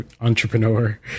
entrepreneur